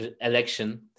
election